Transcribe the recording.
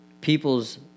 people's